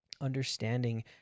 understanding